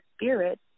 Spirit